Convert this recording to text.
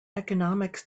economics